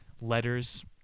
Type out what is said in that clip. letters